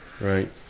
Right